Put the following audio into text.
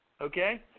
Okay